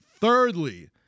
Thirdly